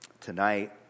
tonight